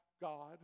God